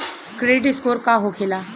Credit score का होखेला?